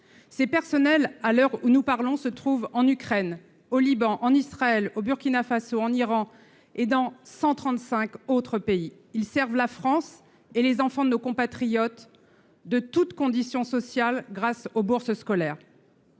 Ces personnels, à l’heure où nous parlons, se trouvent en Ukraine, au Liban, en Israël, au Burkina Faso, en Iran et dans 135 autres pays. Ils servent la France et les enfants de nos compatriotes, de toutes conditions sociales, grâce aux bourses scolaires.